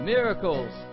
Miracles